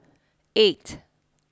eight